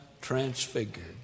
transfigured